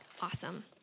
Awesome